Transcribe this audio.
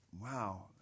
Wow